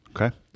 okay